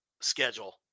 schedule